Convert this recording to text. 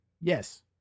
yes